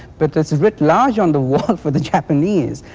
but it's writ large on the wall for the japanese.